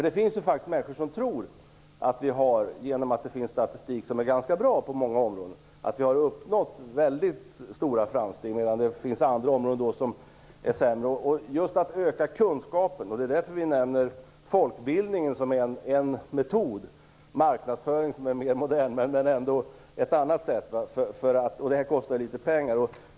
Det finns faktiskt människor som tror, genom att statistik visar att det är ganska bra på många områden, att vi har uppnått väldigt stora framsteg, medan det är sämre på andra områden. Därför nämner vi folkbildningen som en metod och marknadsföring som en annan, litet mer modern metod. Det här kostar ju litet pengar.